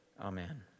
Amen